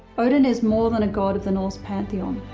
odin is more that a god of the norse pantheon.